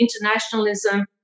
internationalism